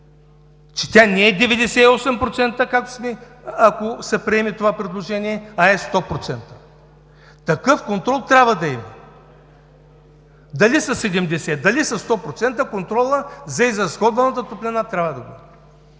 че тя не е 98%, ако се приеме това предложение, а е 100%. Такъв контрол трябва да има! Дали са 70, дали са 100%, контролът за изразходваната топлина трябва да го има!